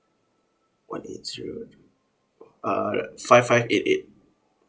one eight zero uh five five eight eight